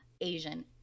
Asian